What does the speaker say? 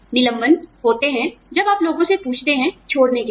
निलंबन होते है जब आप लोगों से पूछते हैं छोड़ने के लिए